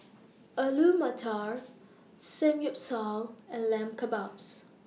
Alu Matar Samgyeopsal and Lamb Kebabs